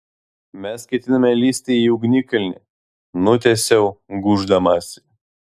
mes ketiname lįsti į ugnikalnį nutęsiau gūždamasi